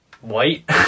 white